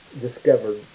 discovered